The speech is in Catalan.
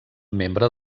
membre